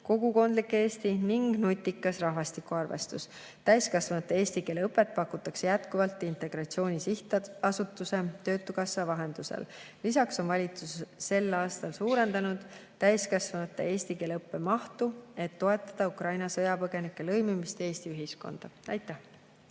kogukondlik Eesti ning nutikas rahvastikuarvestus. Täiskasvanute eesti keele õpet pakutakse jätkuvalt Integratsiooni Sihtasutuse ja töötukassa vahendusel. Lisaks on valitsus sel aastal suurendanud täiskasvanute eesti keele õppe mahtu, et toetada Ukraina sõjapõgenike lõimumist Eesti ühiskonda. Aitäh!